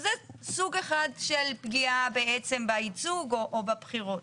זה סוג אחד של פגיעה בייצוג או בבחירות.